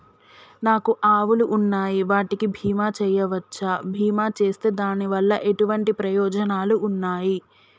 నాకు ఆవులు ఉన్నాయి వాటికి బీమా చెయ్యవచ్చా? బీమా చేస్తే దాని వల్ల ఎటువంటి ప్రయోజనాలు ఉన్నాయి?